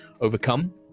overcome